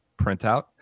printout